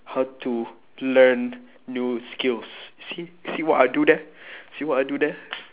how to learn new skills see see what I do there see what I do there